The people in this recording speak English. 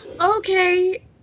Okay